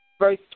verse